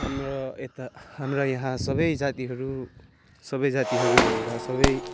हाम्रा यता हाम्रा यहाँ सबै जातिहरू सबै जातिहरू भन्दा सबै